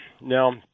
now